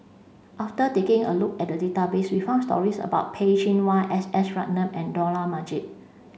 after taking a look at the database we found stories about Peh Chin Hua S S Ratnam and Dollah Majid